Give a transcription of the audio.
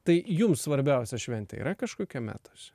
tai jums svarbiausia šventė yra kažkokia metuose